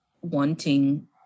wanting